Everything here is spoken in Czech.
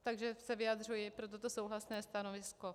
Takže se vyjadřuji pro toto souhlasné stanovisko.